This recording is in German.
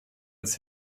als